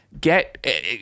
get